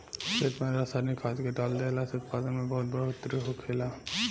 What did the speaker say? खेत में रसायनिक खाद्य के डाल देहला से उत्पादन में बहुत बढ़ोतरी होखेला